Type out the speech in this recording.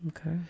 Okay